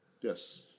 Yes